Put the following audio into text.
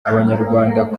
abanyarwandakazi